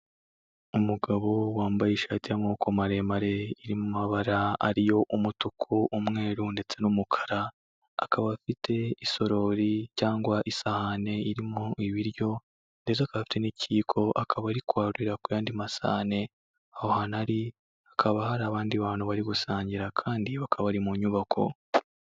umugabo wambaye ishati y'amaboko maremare iri mabara ariyo umutuku, umweru ndetse n'umukara; akaba afite isorori cyangwa isahani irimo ibiryo ndetse akaba afite n'ikiyiko; akaba ari kwarurira ku yandi masahane; aho hantu ari hakaba hari abandi bantu bari gusangira kandi bakaba bari mu nyubako.